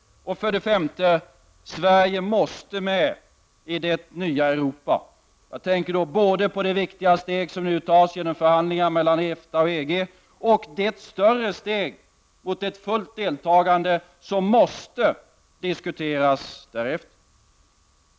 För det femte: Sverige måste med i det nya Europa. Jag tänker i detta sammanhang både på det viktiga steg som nu skall tas genom förhandlingarna mellan EG och EFTA och det större steg mot fullt deltagande i samarbetet som måste diskuteras därefter.